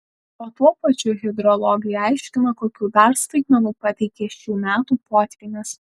o tuo pačiu hidrologai aiškina kokių dar staigmenų pateikė šių metų potvynis